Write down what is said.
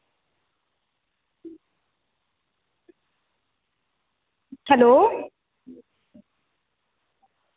hello